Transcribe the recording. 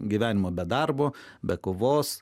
gyvenimo be darbo be kovos